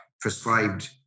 prescribed